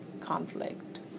conflict